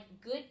good